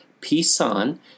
Pisan